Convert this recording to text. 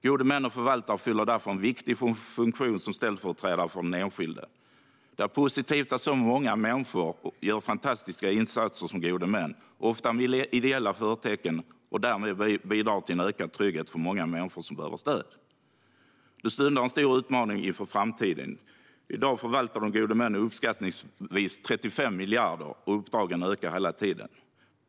Gode män och förvaltare fyller därför en viktig funktion som ställföreträdare för den enskilde. Det är positivt att så många människor gör fantastiska insatser som gode män, ofta med ideella förtecken, och därmed bidrar till en ökad trygghet för många människor som behöver stöd. Det stundar en stor utmaning i framtiden. I dag förvaltar de gode männen uppskattningsvis 35 miljarder, och antalet uppdrag ökar hela tiden.